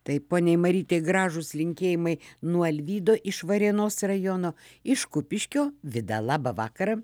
taip poniai marytei gražūs linkėjimai nuo alvydo iš varėnos rajono iš kupiškio vida labą vakarą